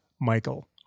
Michael